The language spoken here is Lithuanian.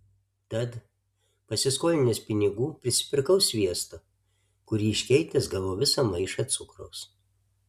tad pasiskolinęs pinigų prisipirkau sviesto kurį iškeitęs gavau visą maišą cukraus